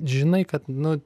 žinai kad nu